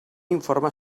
informe